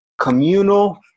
communal